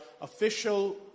official